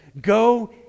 Go